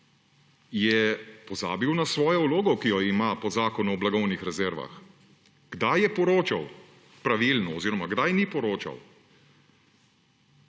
je pozabil na svojo vlogo, ki jo ima po Zakonu o blagovnih rezervah. Kdaj je poročal pravilno oziroma kdaj ni poročal?